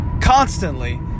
constantly